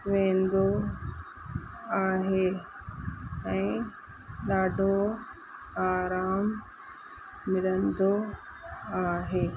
वेंदो आहे ऐं ॾाढो आराम मिलंदो आहे